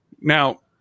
Now